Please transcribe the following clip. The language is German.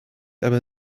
aber